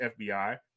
FBI